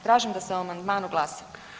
Tražim da se o amandmanu glasa.